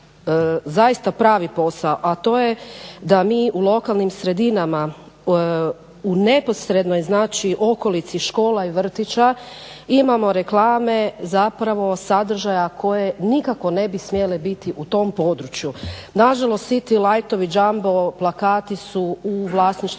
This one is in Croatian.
zaista pravi posao, a to je da mi u lokalnim sredinama u neposrednoj znači okolici škola i vrtića imamo reklame zapravo sadržaja koje nikako ne bi smjele biti u tom području. Nažalost svi ti lightovi, jumbo plakati su u vlasništvu